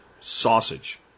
sausage